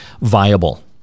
viable